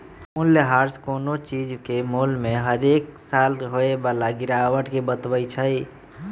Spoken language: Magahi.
मूल्यह्रास कोनो चीज के मोल में हरेक साल होय बला गिरावट के बतबइ छइ